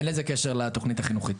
אין לזה קשר לתכנית החינוכית.